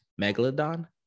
Megalodon